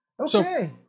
okay